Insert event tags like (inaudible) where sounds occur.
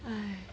(breath)